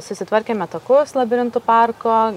susitvarkėme takus labirintų parko